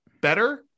better